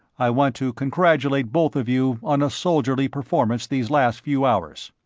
i want to congratulate both of you on a soldierly performance these last few hours.